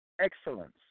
excellence